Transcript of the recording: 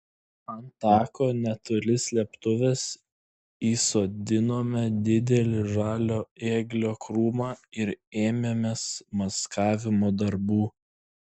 ant tako netoli slėptuvės įsodinome didelį žalio ėglio krūmą ir ėmėmės maskavimo darbų